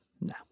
No